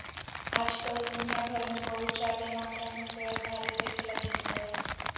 आज कल दुनिया भर मे बहुत जादे मात्रा मे शेयरधारी देखे लगी मिलो हय